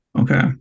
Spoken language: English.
Okay